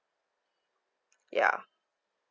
ya